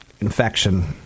infection